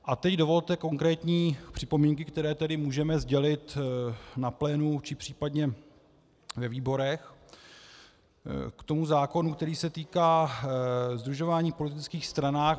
A teď dovolte konkrétní připomínky, které tedy můžeme sdělit na plénu, či případně ve výborech k zákonu, který se týká sdružování v politických stranách.